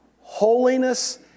Holiness